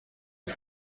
uku